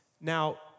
Now